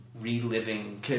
reliving